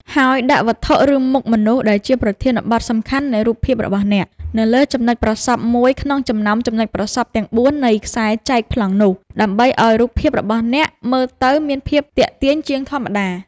ហើយដាក់វត្ថុ ឬមុខមនុស្ស ដែលជាប្រធានបទសំខាន់នៃរូបភាពរបស់អ្នក នៅលើចំណុចប្រសព្វមួយក្នុងចំណោមចំណុចប្រសព្វទាំងបួននៃខ្សែចែកប្លង់នោះ ដើម្បីឱ្យរូបភាពរបស់អ្នកមើលទៅមានភាពទាក់ទាញជាងធម្មតា។